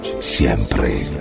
siempre